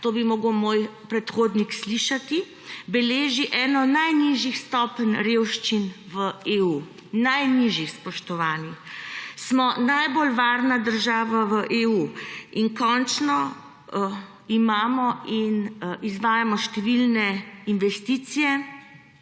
to bi moral moj predhodnik slišati, beleži eno najnižjih stopenj revščine v EU. Najnižjih, spoštovani. Smo najbolj varna država v EU. In končno, imamo in izvajamo številne investicije.